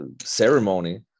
ceremony